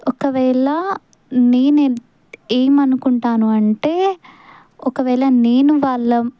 ఒకవేళ నేను ఏమనుకుంటాను అంటే ఒకవేళ నేను వాళ్ళ